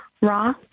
raw